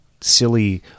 silly